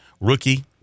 rookie